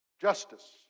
Justice